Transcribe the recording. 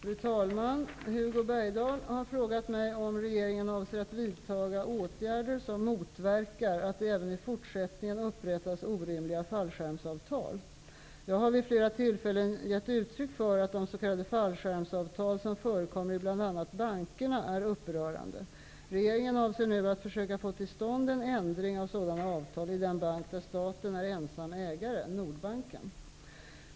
Fru talman! Hugo Bergdahl har frågat mig om regeringen avser att vidta åtgärder som motverkar att det även i fortsättningen upprättas orimliga fallskärmsavtal. Jag har vid flera tillfällen gett uttryck för att de s.k. fallskärmsavtal som förekommit i bl.a. bankerna är upprörande. Regeringen avser nu att försöka få till stånd en ändring av sådana avtal i den bank där staten är ensam ägare, nämligen Nordbanken.